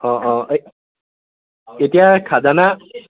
অঁ অঁ এই এতিয়া খাজানা